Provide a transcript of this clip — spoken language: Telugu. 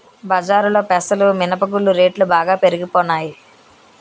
బజారులో పెసలు మినప గుళ్ళు రేట్లు బాగా పెరిగిపోనాయి